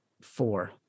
four